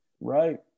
Right